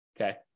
Okay